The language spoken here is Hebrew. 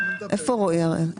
איפה רועי הראל?